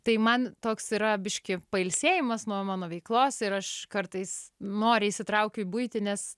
tai man toks yra biškį pailsėjimas nuo mano veiklos ir aš kartais noriai įsitraukiu buitinės